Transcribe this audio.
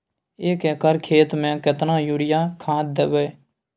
एक एकर खेत मे केतना यूरिया खाद दैबे?